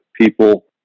people